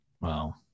Wow